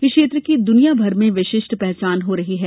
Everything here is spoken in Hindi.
इस क्षेत्र की दुनियाभर में विशिष्ट पहचान रही है